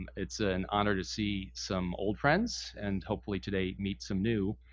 it's an honor to see some old friends, and hopefully today, meet some new.